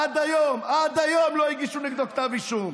עד היום, עד היום לא הגישו נגדו כתב אישום.